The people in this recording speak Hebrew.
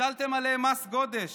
הטלתם עליהם מס גודש,